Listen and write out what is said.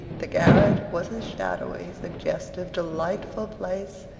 the garret was a shadowy, suggestive, delightful place,